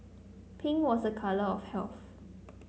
pink was a colour of health